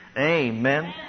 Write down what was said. Amen